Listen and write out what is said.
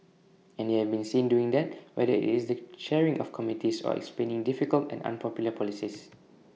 and they have been seen doing that whether IT is the chairing of committees or explaining difficult and unpopular policies